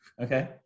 Okay